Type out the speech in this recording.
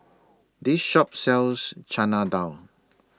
This Shop sells Chana Dal